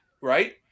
right